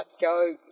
go